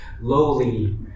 lowly